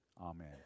Amen